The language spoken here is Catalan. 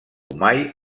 mai